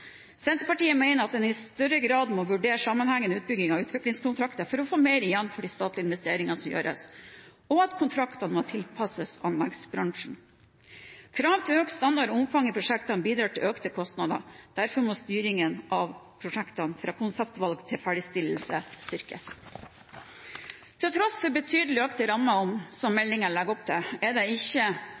Senterpartiet mener at en i større grad må vurdere sammenhengende utbygginger og utviklingskontrakter for å få mer igjen for de statlige investeringene som gjøres, og kontraktene må tilpasses anleggsbransjen. Krav til økt standard og omfang i prosjektene bidrar til økte kostnader. Derfor må styringen med prosjektene fra konseptvalg til ferdigstillelse styrkes. Til tross for de betydelig økte rammene som meldingen legger opp til, er det ikke